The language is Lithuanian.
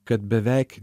kad beveik